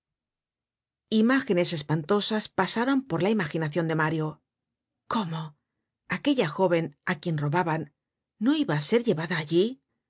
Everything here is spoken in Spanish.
imágenes espantosas pasaron por la imaginacion de mario cómo aquella jóven á quien robaban no iba á ser llevada allí